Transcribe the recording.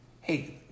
hey